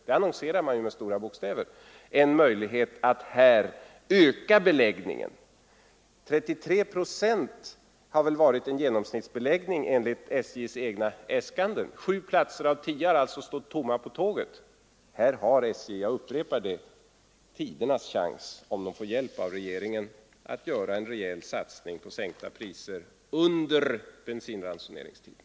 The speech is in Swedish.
SJ annonserar med stora bokstäver att det finns plats på tåget. 33 procent har varit en genomsnittsbeläggning enligt SJ:s egna äskanden. Sju platser av tio har stått tomma på tåget. Här har SJ, jag upprepar det, tidernas chans om man får hjälp av regeringen att göra en rejäl satsning genom sänkta priser under bensinransoneringstiden.